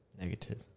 Negative